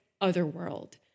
otherworld